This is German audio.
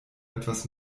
etwas